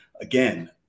again